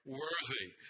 worthy